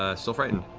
ah still frightened.